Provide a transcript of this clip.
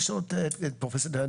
פרופ' דיין,